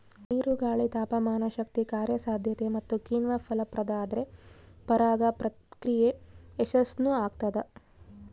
ನೀರು ಗಾಳಿ ತಾಪಮಾನಶಕ್ತಿ ಕಾರ್ಯಸಾಧ್ಯತೆ ಮತ್ತುಕಿಣ್ವ ಫಲಪ್ರದಾದ್ರೆ ಪರಾಗ ಪ್ರಕ್ರಿಯೆ ಯಶಸ್ಸುಆಗ್ತದ